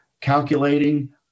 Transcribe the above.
calculating